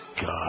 God